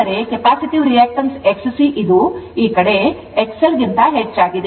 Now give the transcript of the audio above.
ಅಂದರೆ capacitive reactance XC ಇದು ಈ ಕಡೆ XL ಗಿಂತ ಹೆಚ್ಚಾಗಿದೆ